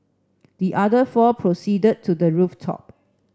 the other four proceeded to the rooftop